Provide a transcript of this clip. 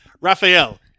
Raphael